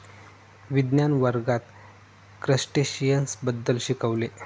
विज्ञान वर्गात क्रस्टेशियन्स बद्दल शिकविले